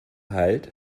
halt